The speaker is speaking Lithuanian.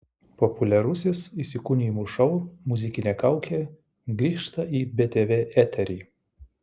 populiarusis įsikūnijimų šou muzikinė kaukė grįžta į btv eterį